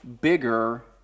bigger